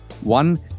one